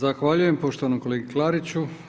Zahvaljujem poštovanom kolegi Klariću.